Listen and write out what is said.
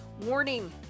Warning